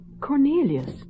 Cornelius